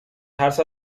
ترس